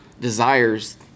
desires